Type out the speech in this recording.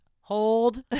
hold